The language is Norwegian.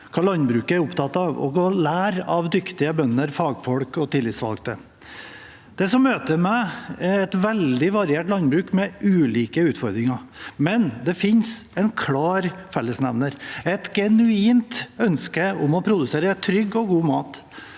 hva landbruket er opptatt av, og å lære av dyktige bønder, fagfolk og tillitsvalgte. Det som møter meg, er et veldig variert landbruk, med ulike utfordringer, men det finnes en klar fellesnevner: et genuint ønske om å produsere trygg og god mat.